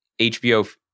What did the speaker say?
HBO